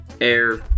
air